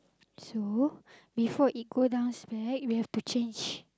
so before it go down right we have to change